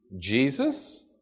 Jesus